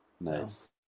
Nice